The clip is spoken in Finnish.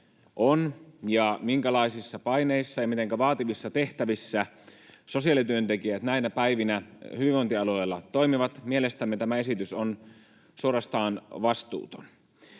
on ja minkälaisissa paineissa ja mitenkä vaativissa tehtävissä sosiaalityöntekijät näinä päivinä hyvinvointialueilla toimivat, tämä esitys on suorastaan vastuuton.